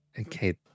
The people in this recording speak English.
Okay